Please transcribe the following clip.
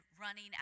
running